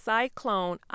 Cyclone